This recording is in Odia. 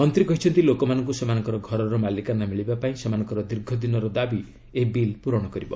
ମନ୍ତ୍ରୀ କହିଛନ୍ତି ଲୋକମାନଙ୍କୁ ସେମାନଙ୍କର ଘରର ମାଲିକାନା ମିଳିବା ପାଇଁ ସେମାନଙ୍କର ଦୀର୍ଘଦିନର ଦାବି ଏହି ବିଲ୍ ପୂରଣ କରିବ